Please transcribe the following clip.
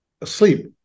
asleep